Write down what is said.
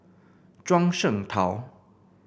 Zhuang Shengtao